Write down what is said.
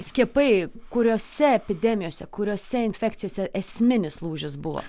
skiepai kuriose epidemijose kuriose infekcijose esminis lūžis buvo